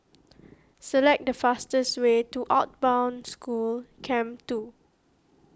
select the fastest way to out Bound School Camp two